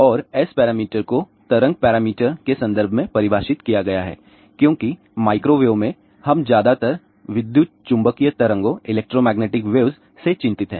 और S parameter को तरंग पैरामीटर के संदर्भ में परिभाषित किया गया है क्योंकि माइक्रोवेव में हम ज्यादातर विद्युत चुम्बकीय तरंगों से चिंतित हैं